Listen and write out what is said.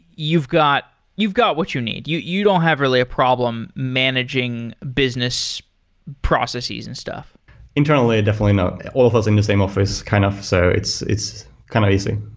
you've got you've got what you need. you you don't have really a problem managing business processes and stuff internally, definitely not. all of us in the same office kind of, so it's it's kind of easy.